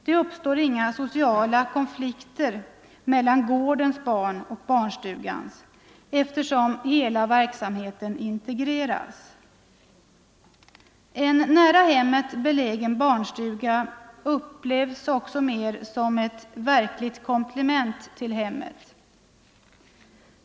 Det uppstår inga sociala konflikter mellan ”gårdens” barn och barnstugans, eftersom hela verksamheten integreras. En nära hemmet belägen barnstuga upplevs också mer som ett verkligt komplement till hemmet.